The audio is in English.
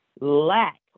lack